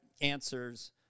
answers